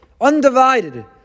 undivided